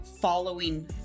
following